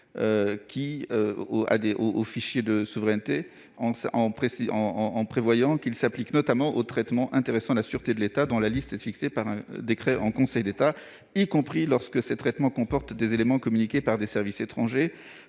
aux fichiers de souveraineté. Cet accès s'applique notamment aux traitements intéressant la sûreté de l'État dont la liste est fixée par décret en Conseil d'État, y compris lorsque ces traitements comportent des éléments communiqués par des services étrangers